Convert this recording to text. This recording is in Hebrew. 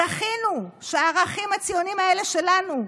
זכינו שהערכים הציוניים האלה שלנו,